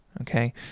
Okay